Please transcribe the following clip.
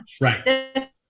Right